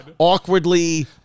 awkwardly